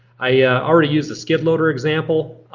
i already used the skid loader example.